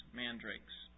mandrakes